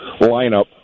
lineup